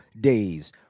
days